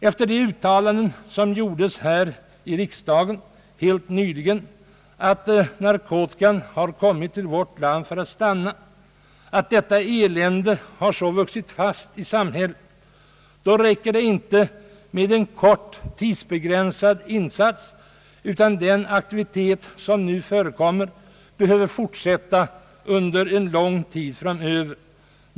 Efter de uttalanden som helt nyligen gjordes här i riksdagen om att narkotikan har kommit till vårt land för att stanna, att detta elände så helt har vuxit fast i vårt samhälle, borde man inse att det inte räcker med en kort, tidsbegränsad insats, utan den aktivitet som nu förekommer behöver fortsätta under lång tid framåt.